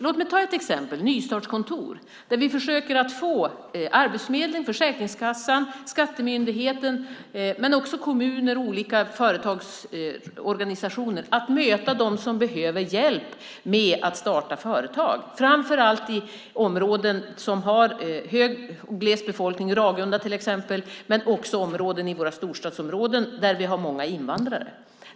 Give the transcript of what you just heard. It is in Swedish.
Vi har nystartskontor där vi försöker få Arbetsförmedlingen, Försäkringskassan, Skatteverket samt kommuner och olika företagsorganisationer att möta dem som behöver hjälp med att starta företag framför allt i områden som har gles befolkning, Ragunda till exempel, men också områden med många invandrare i storstadsområdena.